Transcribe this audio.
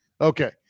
Okay